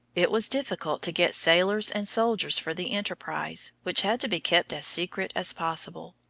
it was difficult to get sailors and soldiers for the enterprise, which had to be kept as secret as possible.